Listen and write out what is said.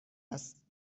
است